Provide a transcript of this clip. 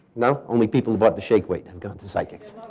no. only people who bought the shake-away have gone to psychics.